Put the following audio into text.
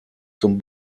zum